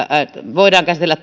voidaan käsitellä